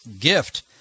gift